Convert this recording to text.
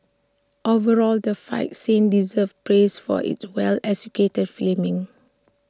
overall the fight scenes deserve praise for its well executed filming